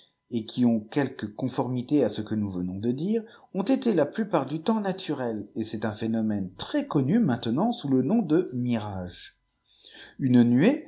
et qui ont quelque conformité à ce que nous venpns de dire ont été la plupart du temps naturelles et c'est un phénomène très connu maintenant sous le nom de mirage une nuée